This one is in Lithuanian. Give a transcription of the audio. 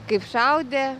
kaip šaudė